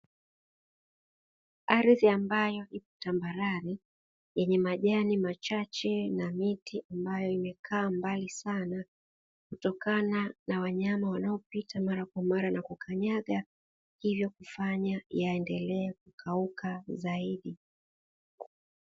Ardhi ambayo ipo tambarare, yenye majani machache na miti, ambayo imekaa mbali sana kutokana na wanyama, wanaopita mara kwa mara na kukanyaga, hivyo kufanya yaendelee kukauka zaidi.